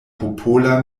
popola